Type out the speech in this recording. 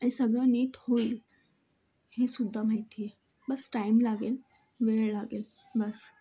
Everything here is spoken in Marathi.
आणि सगळं नीट होईल हेसुद्धा माहिती आहे बस टाईम लागेल वेळ लागेल बस